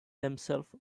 themselves